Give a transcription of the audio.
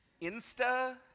Insta